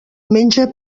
menja